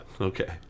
Okay